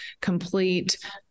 complete